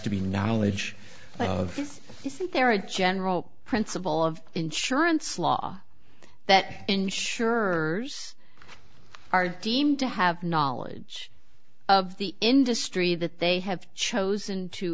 to be knowledge of this isn't there a general principle of insurance law that insurers are deemed to have knowledge of the industry that they have chosen to